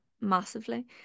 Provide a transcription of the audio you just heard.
massively